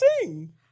sing